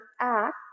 act